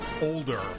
older